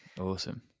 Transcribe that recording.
Awesome